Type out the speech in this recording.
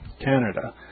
Canada